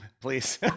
please